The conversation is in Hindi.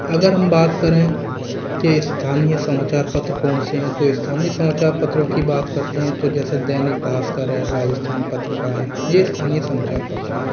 अगर हम बात करें के स्थानीय समाचार पत्र कौन से हैं तो स्थानीय समाचार पत्रों की बात करते हैं तो जैसे दैनिक भास्कर है राजस्थान पत्रिका है यह राजस्थानी समाचार पत्र है